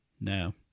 No